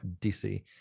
DC